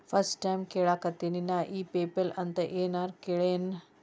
First time ಕೇಳಾಕತೇನಿ ನಾ ಇ ಪೆಪಲ್ ಅಂತ ನೇ ಏನರ ಕೇಳಿಯೇನ್?